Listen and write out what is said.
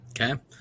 Okay